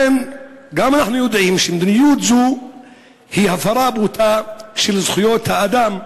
אנחנו גם יודעים שמדיניות זו היא הפרה בוטה של זכויות האדם,